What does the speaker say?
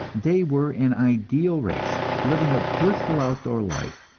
they were an ideal race, living a blissful outdoor life,